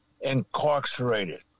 incarcerated